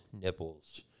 nipples